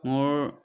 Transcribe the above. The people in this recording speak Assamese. মোৰ